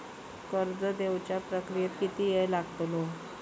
कर्ज देवच्या प्रक्रियेत किती येळ लागतलो?